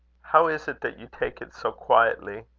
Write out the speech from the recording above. how is it that you take it so quietly?